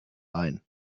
ein